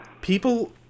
People